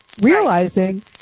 realizing